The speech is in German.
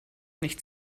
nicht